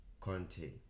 conte